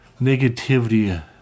negativity